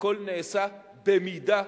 הכול נעשה במידה,